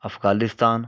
Afghanistan